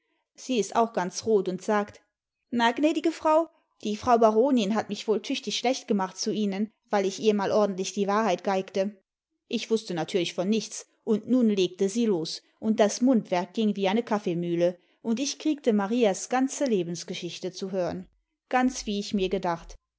sie ist auch ganz rot und sagt na gnädige frau die frau baronin hat mich wohl tüchtig schlecht gemacht zu ihnen weil ich ihr mal ordentlich die wahrheit geigte ich wußte natürlich von nichts und nun legte sie los und das mundwerk ging wie eine kaffeemühle und ich kriegte marias ganze lebensgeschichte zu hören ganz wie ich mir gedacht